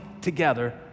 together